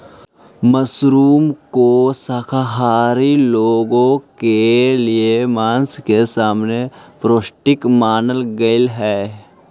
mushroom को शाकाहारी लोगों के लिए मांस के समान पौष्टिक मानल गेलई हे